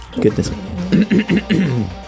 goodness